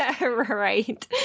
Right